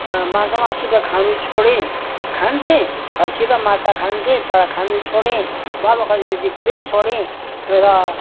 माछा मासु त खान छोडेँ खान्थेँ खसी र माछा खान्थेँ तर खानु छोडेँ बाबा खसेपछि पुरै छोडेँ र